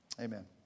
amen